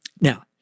Now